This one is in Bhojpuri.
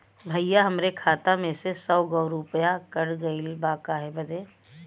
भईया हमरे खाता मे से सौ गो रूपया कट गइल बा काहे बदे?